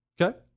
Okay